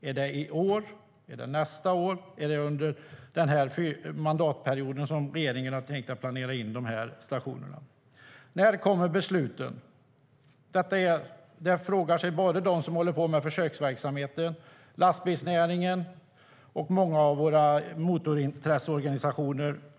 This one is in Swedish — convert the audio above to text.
Är det i år, nästa år eller under mandatperioden regeringen har tänkt planera in stationerna? När kommer besluten? Detta frågar sig såväl de som håller på med försöksverksamheten som lastbilsnäringen och många av våra motorintresseorganisationer.